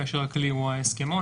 כאשר הכלי הוא ההסכמון,